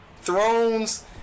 Thrones